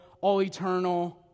all-eternal